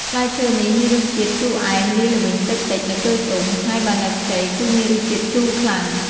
ផ្លែឈើនេះមានរសជាតិជូរអែមលាយល្វីងតិចៗ នៅពេលទុំ ហើយបើនៅខ្ចីគឺមានរសជាតិជូរខ្លាំង។